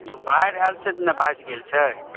बाढ़ि आयल छै तेँ ने भँसि गेल छै